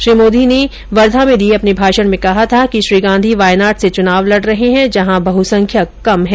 श्री मोदी ने एक अप्रैल को वर्धा में दिये अपने भाषण में कहा था कि श्री गांधी वायनाड से चुनाव लड़ रहे हैं जहां बहुसंख्यक कम हैं